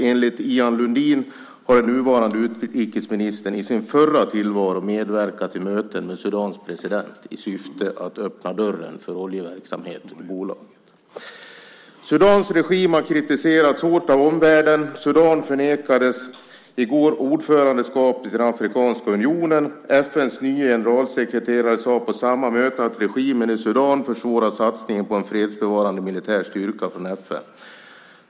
Enligt Ian Lundin har den nuvarande utrikesministern i sin förra tillvaro medverkat till möten med Sudans president i syfte att öppna dörren för bolagets oljeverksamhet. Sudans regim har kritiserats hårt av omvärlden. Sudan nekades i går ordförandeskapet i Afrikanska unionen. FN:s nye generalsekreterare sade på samma möte att regimen i Sudan försvårar satsningen på en fredsbevarande militär styrka från FN.